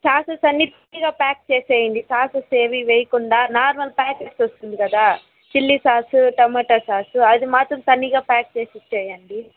sauces అన్ని విడిగా pack చేసేయండి సాసెస్ ఏమి వేయకుండా నార్మల్ ప్యాకెట్లు వస్తుంది కదా చిల్లీ సాస్ టొమాటో సాస్ అది మాత్రం తనీగా ప్యాక్ చేసి ఇచ్చేయండి